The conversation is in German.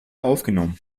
aufgenommen